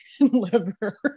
liver